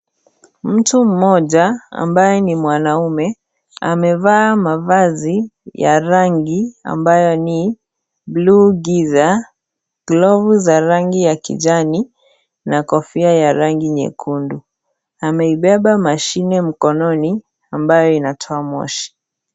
Mtu mmoja ambaye ni mwanamme amevaa mavazi ya kazi ya rangi ambayo ni buluu giza, glovu ya rangi ya kijani na kofia ya rangi nyekundu. Ameibeba mashini mkononi ambayo inatoa moshi.